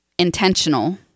intentional